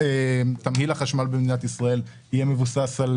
תמהיל החשמל במדינת ישראל יהיה מבוסס על